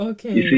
Okay